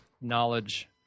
knowledge